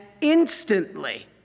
instantly